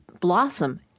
blossom